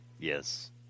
Yes